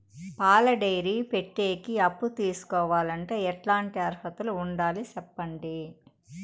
పాల డైరీ పెట్టేకి అప్పు తీసుకోవాలంటే ఎట్లాంటి అర్హతలు ఉండాలి సెప్పండి?